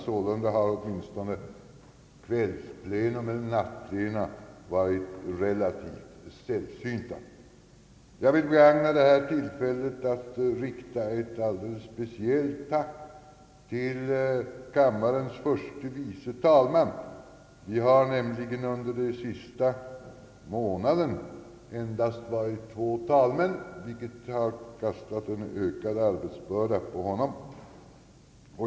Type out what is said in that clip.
Sålunda har åtminstone nattplena varit relativt sällsynta. Jag vill begagna detta tillfälle att rikta ett speciellt tack till kammarens förste vice talman. Vi har nämligen under den sista månaden endast varit två talmän, vilket betytt en ökad arbetsbörda för honom.